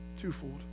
twofold